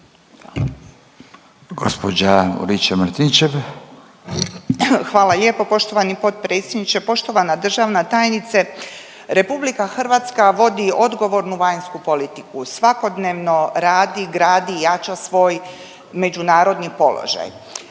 Branka (HDZ)** Hvala lijepo poštovani potpredsjedniče. Poštovana državna tajnice, RH vodi odgovornu vanjsku politiku. Svakodnevno radi, gradi i jača svoj međunarodni položaj.